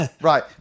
Right